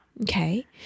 Okay